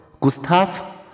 Gustav